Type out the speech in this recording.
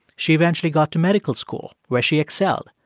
she eventually got to medical school, where she excelled.